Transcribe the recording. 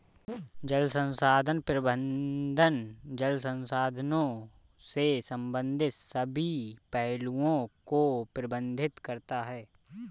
जल संसाधन प्रबंधन जल संसाधनों से संबंधित सभी पहलुओं को प्रबंधित करता है